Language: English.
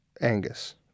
Angus